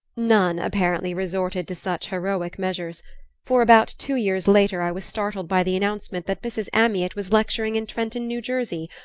none, apparently, resorted to such heroic measures for about two years later i was startled by the announcement that mrs. amyot was lecturing in trenton, new jersey,